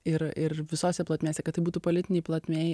ir ir visose plotmėse kad tai būtų politinėj plotmėj